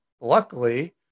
luckily